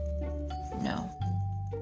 no